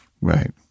Right